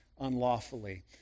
unlawfully